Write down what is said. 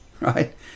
right